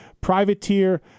Privateer